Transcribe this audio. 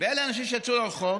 ואלה האנשים שיצאו לרחוב,